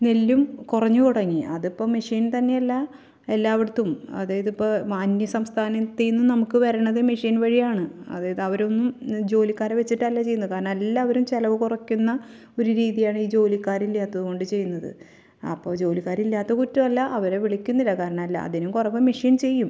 നെല്ലും കുറഞ്ഞ് തൊടങ്ങി അതിപ്പോൾ മെഷീൻ തന്നെ എല്ലാ എല്ലായിടത്തും അതായത് ഇപ്പോൾ അന്യസംസ്ഥാനത്തുനിന്ന് നമുക്ക് വരുന്നത് മെഷീൻ വഴിയാണ് അതായത് അവരൊന്നും ജോലിക്കാരെ വെച്ചിട്ടല്ല ചെയ്യുന്നത് കാരണം എല്ലാവരും ചിലവ് കുറയ്ക്കുന്ന ഒരു രീതിയാണ് ജോലിക്കാരില്ലാത്തതുകൊണ്ട് ചെയ്യുന്നത് അപ്പോൾ ജോലിക്കാരില്ലാത്ത കുറ്റം അല്ല അവരെ വിളിക്കുന്നില്ല കാരണം എല്ലാറ്റിനും കുറവ് മെഷീൻ ചെയ്യും